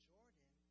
Jordan